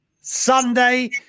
Sunday